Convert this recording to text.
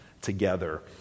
together